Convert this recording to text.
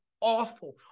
awful